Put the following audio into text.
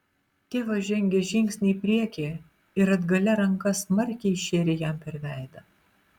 tėvas žengė žingsnį į priekį ir atgalia ranka smarkiai šėrė jam per veidą